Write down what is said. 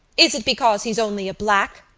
is it because he's only a black?